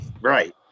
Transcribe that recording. right